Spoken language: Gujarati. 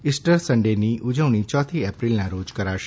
ઇસ્ટર સન્ડેની ઉજવણી યોથી એપ્રિલના રોજ કરાશે